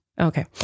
Okay